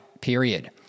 period